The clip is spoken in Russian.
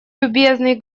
любезный